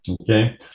Okay